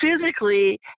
physically